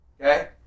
Okay